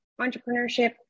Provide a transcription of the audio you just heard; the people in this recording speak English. entrepreneurship